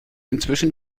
inzwischen